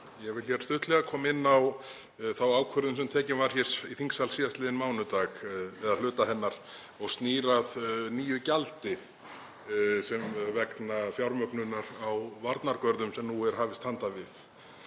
Ég vil stuttlega koma inn á þá ákvörðun sem tekin var hér í þingsal síðastliðinn mánudag, eða hluta hennar, og snýr að nýju gjaldi vegna fjármögnunar á varnargörðum sem nú er hafist handa við.